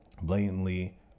blatantly